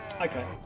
Okay